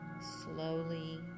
Slowly